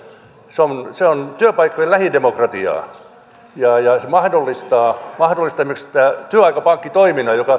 se on se on työpaikkojen lähidemokratiaa ja mahdollistaa esimerkiksi tämän työaikapankkitoiminnan